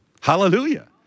Hallelujah